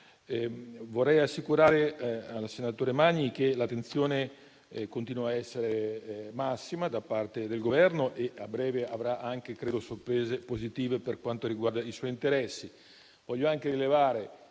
Vorrei assicurare al senatore Magni che l'attenzione continua a essere massima da parte del Governo e a breve avrà anche - credo - sorprese positive per quanto riguarda i suoi interessi.